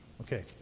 Okay